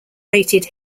rated